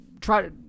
try